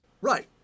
right